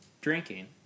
drinking